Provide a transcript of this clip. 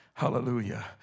Hallelujah